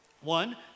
One